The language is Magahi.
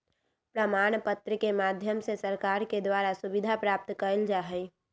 प्रमाण पत्र के माध्यम से सरकार के द्वारा सुविधा प्राप्त कइल जा हई